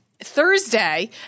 Thursday